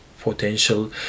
potential